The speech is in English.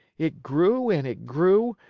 it grew and it grew,